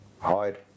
hide